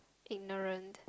ignorant